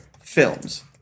films